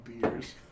beers